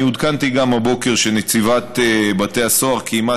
עודכנתי הבוקר שנציבת בתי הסוהר קיימה